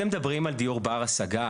אתם מדברים על דיור בר השגה?